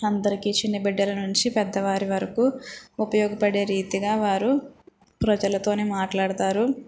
అందరికీ చిన్న బిడ్డల నుంచి పెద్ద వారి వరకు ఉపయోగపడే రీతిగా వారు ప్రజలతోనే మాట్లాడతారు